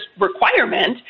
requirement